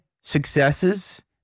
successes